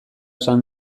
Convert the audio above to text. esan